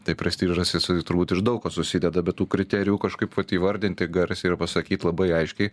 tai prestižas jisai turbūt iš daug ko susideda bet tų kriterijų kažkaip vat įvardinti garsiai ir pasakyt labai aiškiai